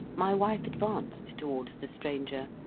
my wife advanced towards the stranger,